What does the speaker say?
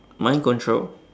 mind control